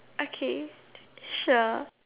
okay sure